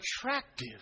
attractive